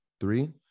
three